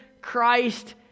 Christ